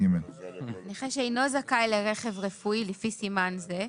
נכה שאינו זכאי לרכב רפואי לפי סימן זה,